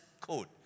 code